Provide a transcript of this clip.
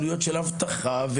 של אבטחה,